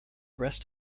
rest